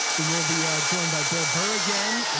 we will be joined by bill burger again,